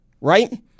right